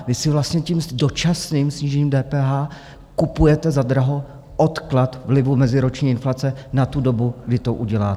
Vy si vlastně dočasným snížením DPH kupujete za draho odklad vlivu meziroční inflace na tu dobu, kdy to uděláte.